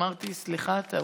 אמרתי, סליחה, טעות.